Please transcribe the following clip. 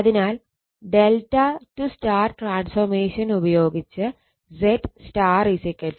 അതിനാൽ ∆ Y transformation ഉപയോഗിച്ച് ZY Z∆ 3